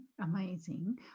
amazing